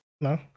No